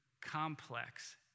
complex